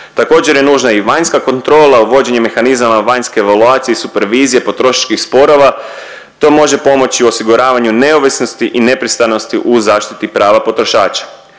Također, je nužna i vanjska kontrola, vođenje mehanizama vanjske evaluacije i supervizije, potrošačkih sporova, to može pomoći u osiguravanju neovisnosti i nepristranosti u zaštiti prava potrošača.